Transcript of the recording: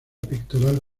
pectoral